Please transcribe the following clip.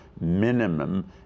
minimum